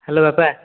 hello ବାପା